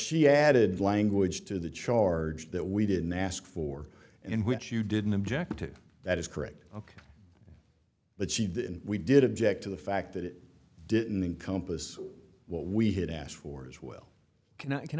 she added language to the charge that we didn't ask for and which you didn't object to that is correct ok but she did and we did object to the fact that it didn't compass what we had asked for as well can i can